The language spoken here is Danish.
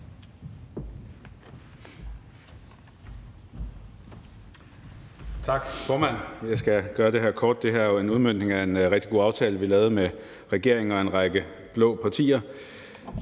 Tak, formand. Jeg skal gøre det kort. Det her er jo en udmøntning af en rigtig god aftale, vi lavede med regeringen og en række blå partier.